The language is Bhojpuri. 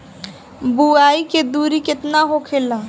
बुआई के दूरी केतना होखेला?